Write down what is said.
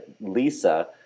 Lisa